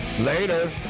Later